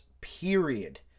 period